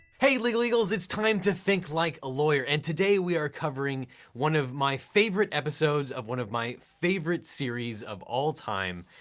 hey legal eagles, it's time to think like a lawyer, and today we are covering one of my favorite episodes of one of my favorite series of all time,